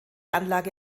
anlage